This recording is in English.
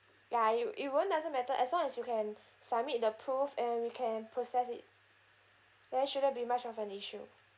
ya you it won't doesn't matter as long as you can submit the proof and we can process it whereas shouldn't be much of an issue